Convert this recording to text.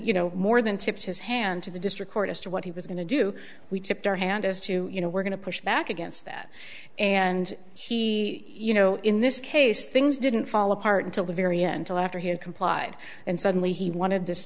you know more than tipped his hand to the district court as to what he was going to do we tipped our hand as to you know we're going to push back against that and he you know in this case things didn't fall apart until the very end till after he had complied and suddenly he wanted this